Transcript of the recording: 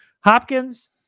Hopkins